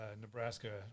Nebraska